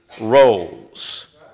roles